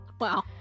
Wow